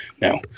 Now